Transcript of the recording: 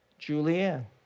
Julianne